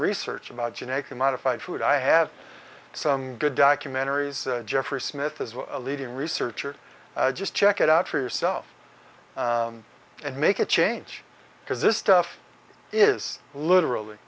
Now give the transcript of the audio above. research about genetically modified food i have some good documentaries jeffrey smith as a leading researcher just check it out for yourself and make a change because this stuff is literally